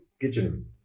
kitchen